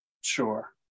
Sure